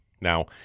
Now